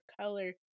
color